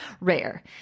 rare